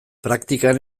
praktikan